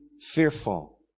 fearful